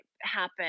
happen